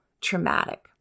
traumatic